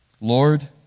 Lord